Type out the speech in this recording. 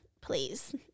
please